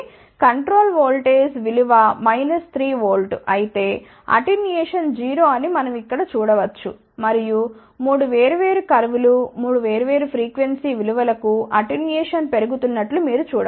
కాబట్టి control voltage a విలువ 3 V అయితే అటెన్యుయేషన్ 0 అని మనం ఇక్కడ చూడ వచ్చు మరియు 3 వేర్వేరు కర్వ్ లు 3 వేర్వేరు ఫ్రీక్వెన్సీ విలువలకు అటెన్యుయేషన్ పెరుగుతున్నట్లు మీరు చూడ వచ్చు